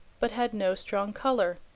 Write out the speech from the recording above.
but had no strong colour.